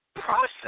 process